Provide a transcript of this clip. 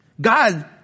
God